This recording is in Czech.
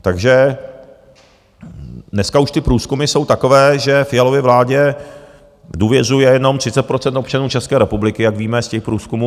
Takže dneska už ty průzkumy jsou takové, že Fialově vládě důvěřuje jenom 30 % občanů České republiky, jak víme z těch průzkumů.